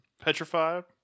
Petrified